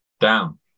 down